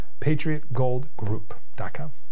patriotgoldgroup.com